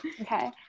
Okay